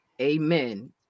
Amen